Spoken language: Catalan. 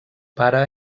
pare